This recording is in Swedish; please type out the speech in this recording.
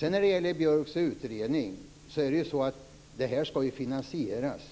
Vad gäller Björks utredning vill jag säga att förslagen måste finansieras.